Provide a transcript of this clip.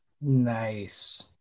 Nice